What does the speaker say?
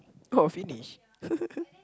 oh finish